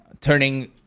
turning